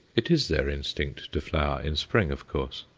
it is their instinct to flower in spring, of course,